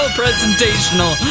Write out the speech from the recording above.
presentational